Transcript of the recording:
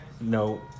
no